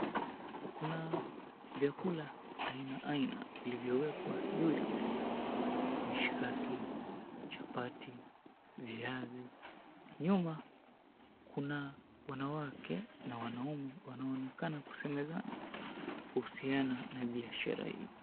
Kuna vyakula aina aina vilivyowekwa juu ya meza. Mishikaki, chapati, viazi. Nyuma kuna wanawake na wanaume, wanaonekana kusemezana kuhusiana na biashara hii.